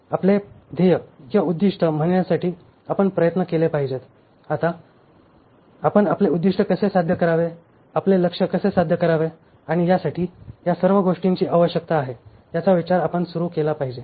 आपले ध्येय किंवा उद्दीष्ट्य म्हणण्यासाठी आपण प्रयत्न केले पाहिजेत आपण आता आपले उद्दिष्ट कसे साध्य करावे आपले लक्ष्य कसे साध्य करावे आणि यासाठी या सर्व गोष्टींची आवश्यकता आहे याचा विचार आपण सुरू केला पाहिजे